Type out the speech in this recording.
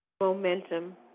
momentum